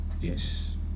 yes